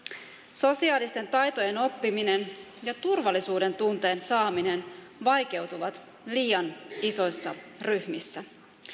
sosiaalisten taitojen oppiminen ja turvallisuudentunteen saaminen vaikeutuvat liian isoissa ryhmissä